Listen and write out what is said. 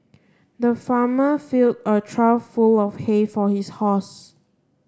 the farmer filled a trough full of hay for his horse